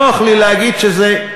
נוח לי להגיד שזה,